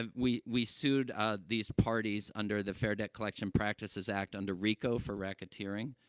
ah we we sued, ah, these parties under the fair debt collection practices act, under rico for racketeering,